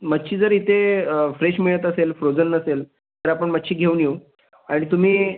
मच्छी जर इथे फ्रेश मिळत असेल फ्रोजन नसेल तर आपण मच्छी घेऊन येऊ आणि तुम्ही